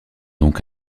donc